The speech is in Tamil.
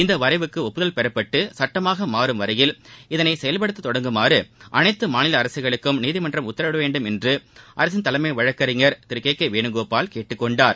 இந்த வரைவுக்கு ஒப்புதல் பெறப்பட்டு சட்டமாக மாறும் வரையில் இதனை செயல்படுத்த தொடங்குமாறு அனைத்து மாநில அரசுகளுக்கு நீதிமன்றம் உத்தரவிட வேண்டும் என்று அரசின் தலைமை வழக்கறிஞர் திரு கே கே வேணுகோபால் கேட்டுக் கொண்டார்